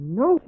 no